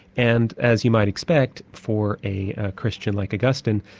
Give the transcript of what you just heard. and as you might expect, for a christian like augustine,